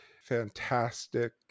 fantastic